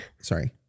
sorry